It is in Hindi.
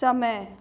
समय